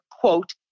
quote